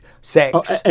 sex